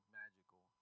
magical